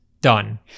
Done